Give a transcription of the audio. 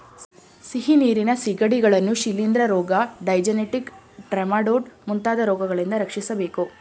ಸಿಹಿನೀರಿನ ಸಿಗಡಿಗಳನ್ನು ಶಿಲಿಂದ್ರ ರೋಗ, ಡೈಜೆನೆಟಿಕ್ ಟ್ರೆಮಾಟೊಡ್ ಮುಂತಾದ ರೋಗಗಳಿಂದ ರಕ್ಷಿಸಬೇಕು